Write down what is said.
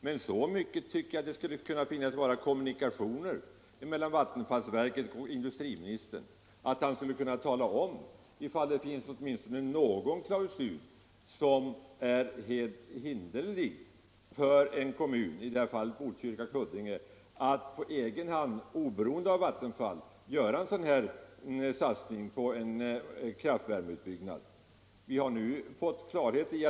Men så goda kommunikationer tycker jag att det borde finnas mellan vattenfallsverket och industriministern att han skulle kunna tala om ifall det finns någon klausul som är hinderlig när en kommun på egen hand, oberoende av Vattenfall, vill göra en satsning på en värmekraftverksutbyggnad.